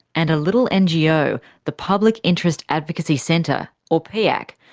and a little ngo, the public interest advocacy centre or piac,